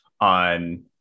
on